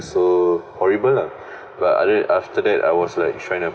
so horrible lah but then after that I was like trying to